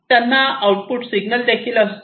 त्यांना output signal देखील असतो